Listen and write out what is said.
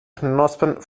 knospen